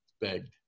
Begged